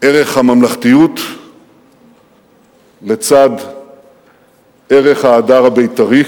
ערך הממלכתיות לצד ערך ההדר הבית"רי,